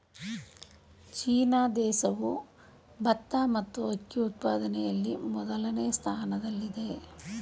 China ದೇಶವು ಭತ್ತ ಮತ್ತು ಅಕ್ಕಿ ಉತ್ಪಾದನೆಯಲ್ಲಿ ಮೊದಲನೇ ಸ್ಥಾನದಲ್ಲಿದೆ